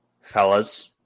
Fellas